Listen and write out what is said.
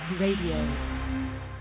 Radio